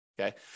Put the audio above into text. okay